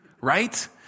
right